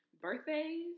birthdays